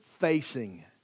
facing